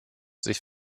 sich